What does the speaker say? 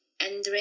Andrea